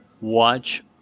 watch